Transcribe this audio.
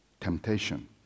temptation